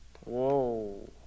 Whoa